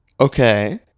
Okay